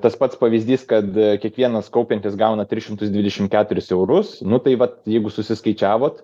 tas pats pavyzdys kad kiekvienas kaupiantis gauna tris šimtus dvidešimt keturis eurus nu tai va jeigu susiskaičiavot